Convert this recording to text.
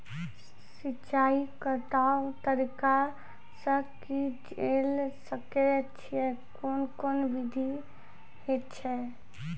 सिंचाई कतवा तरीका सअ के जेल सकैत छी, कून कून विधि ऐछि?